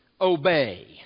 obey